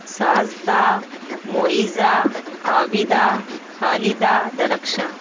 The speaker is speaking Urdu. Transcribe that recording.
ساجدہ معیزہ عابدہ خالدہ درخشاں